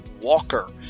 Walker